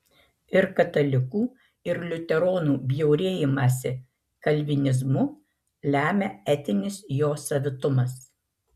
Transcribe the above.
ir katalikų ir liuteronų bjaurėjimąsi kalvinizmu lemia etinis jo savitumas